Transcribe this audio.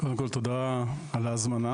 קודם כל, תודה על ההזמנה.